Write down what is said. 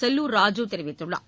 செல்லூர் ராஜு தெரிவித்துள்ளார்